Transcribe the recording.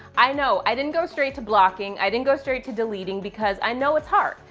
i know. i didn't go straight to blocking, i didn't go straight to deleting, because i know it's hard.